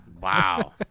Wow